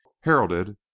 heralded